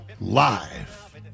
live